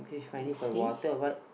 buffet